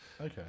Okay